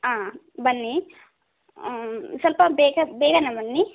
ಹಾಂ ಬನ್ನಿ ಸ್ವಲ್ಪ ಬೇಗ ಬೇಗ ಬನ್ನಿ